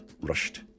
rushed